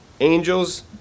angels